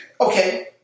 okay